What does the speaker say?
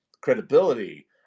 credibility